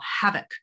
havoc